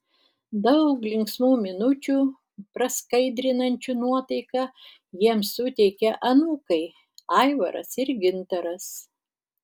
daug linksmų minučių praskaidrinančių nuotaiką jiems suteikia anūkai aivaras ir gintaras